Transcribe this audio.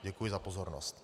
Děkuji za pozornost.